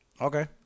Okay